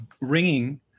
ringing